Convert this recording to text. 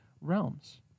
realms